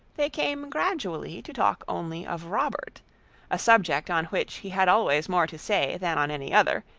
they came gradually to talk only of robert a subject on which he had always more to say than on any other,